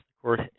court